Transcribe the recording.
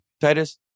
Titus